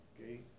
okay